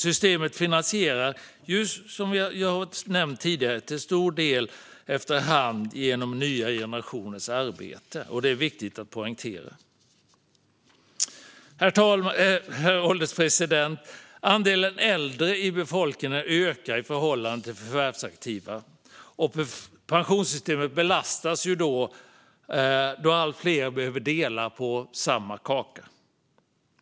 Systemet finansieras, som jag nämnde tidigare, till stor del efter hand genom nya generationers arbete. Det är viktigt att poängtera. Herr ålderspresident! Andelen äldre i befolkningen ökar i förhållande till andelen förvärvsaktiva, och pensionssystemet belastas då allt fler behöver dela på samma kaka.